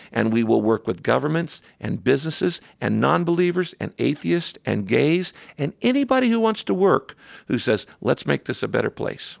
and we will work with governments and businesses and nonbelievers and atheists and gays and anybody who wants to work who says, let's make this a better place